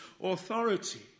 authority